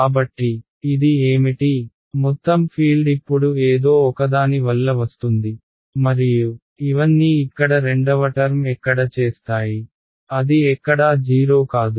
కాబట్టి ఇది ఏమిటి మొత్తం ఫీల్డ్ ఇప్పుడు ఏదో ఒకదాని వల్ల వస్తుంది మరియు ఇవన్నీ ఇక్కడ రెండవ టర్మ్ ఎక్కడ చేస్తాయి అది ఎక్కడా 0 కాదు